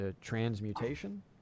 transmutation